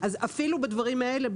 אפילו בדברים האלה,